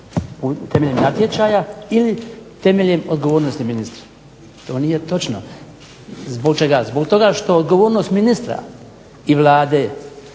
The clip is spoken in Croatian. temeljem natječaja ili temeljem odgovornosti ministra". To nije točno. Zbog čega, zbog toga što odgovornost ministra i Vlade